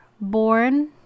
born